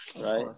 right